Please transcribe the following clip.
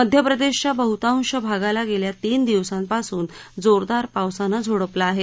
मध्यप्रदेशच्या बहुतांश भागाला गेल्या तीन दिवसांपासून जोरदार पावसानं झोडपलं आहे